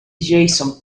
jason